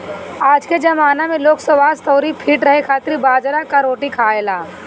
आजके जमाना में लोग स्वस्थ्य अउरी फिट रहे खातिर बाजरा कअ रोटी खाएला